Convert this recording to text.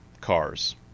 cars